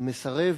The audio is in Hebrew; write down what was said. ה"מסרב"